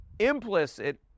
implicit